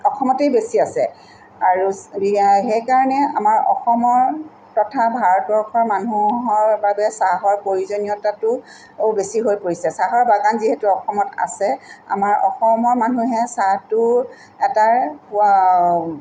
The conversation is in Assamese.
অসমতেই বেছি আছে আৰু ইয়াৰ সেইকাৰণে আমাৰ অসমৰ তথা ভাৰতবৰ্ষৰ মানুহৰ বাবে চাহৰ প্ৰয়োজনীয়তাটো বেছি হৈ পৰিছে চাহৰ বাগান যিহেতু অসমত আছে আমাৰ অসমৰ মানুহে চাহটো এটা